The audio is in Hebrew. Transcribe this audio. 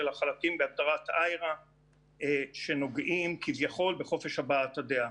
החלקים בהגדרת IHRA שנוגעים כביכול בחופש הבעת הדעה.